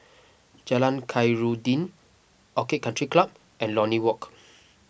Jalan Khairuddin Orchid Country Club and Lornie Walk